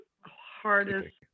hardest